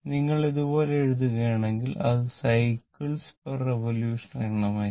നിങ്ങൾ ഇതുപോലെ എഴുതുകയാണെങ്കിൽ അത് സൈക്കിൾറിവൊല്യൂഷൻ എണ്ണമായിരിക്കും